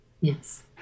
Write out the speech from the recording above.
Yes